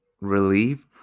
relieved